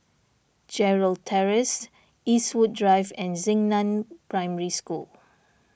Gerald Terrace Eastwood Drive and Xingnan Primary School